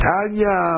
Tanya